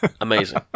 Amazing